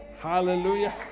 Hallelujah